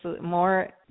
more